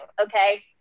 okay